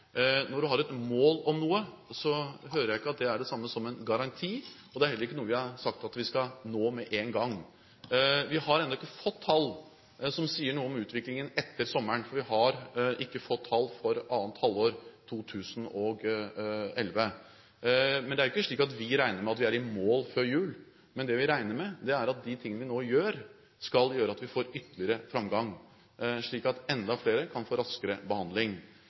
Når du har et mål om noe, hører jeg ikke at det er det samme som en garanti, og det er heller ikke noe vi har sagt at vi skal nå med en gang. Vi har ennå ikke fått tall som sier noe om utviklingen etter sommeren. Vi har ikke fått tall for annet halvår 2011. Det er ikke slik at vi regner med at vi er i mål før jul. Men det vi regner med, er at de tingene vi nå gjør, skal føre til at vi får ytterligere framgang, slik at enda flere kan få raskere behandling.